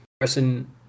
person